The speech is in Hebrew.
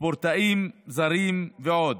ספורטאים זרים ועוד.